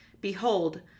Behold